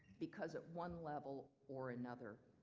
because at one level or another,